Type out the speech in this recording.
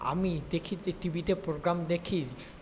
আমি দেখি তো টিভিতে প্রোগ্রাম দেখি